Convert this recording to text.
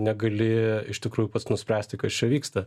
negali iš tikrųjų pats nuspręsti kas čia vyksta